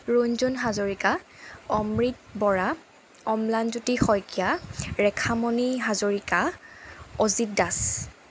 Runjun Hazarika Amrit Bora Amlanjyoti Saikia Rekhamoni Hazarika Ajit Das